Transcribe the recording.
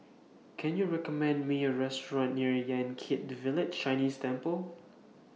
Can YOU recommend Me A Restaurant near Yan Kit Village Chinese Temple